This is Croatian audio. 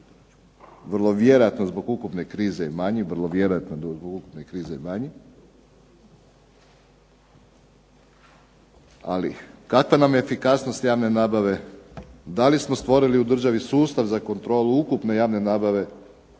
vrlo vjerojatno zbog ukupne krize i …/Ne razumije se./… Ali kakva nam je efikasnost javne nabave, da li smo stvorili u državi sustav za kontrolu ukupne javne nabave,